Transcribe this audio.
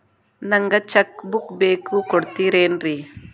ನಂಗ cheque book ಬೇಕು ಕೊಡ್ತಿರೇನ್ರಿ?